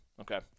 Okay